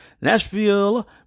Nashville